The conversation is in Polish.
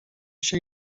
się